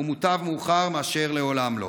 ומוטב מאוחר מאשר לעולם לא.